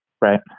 right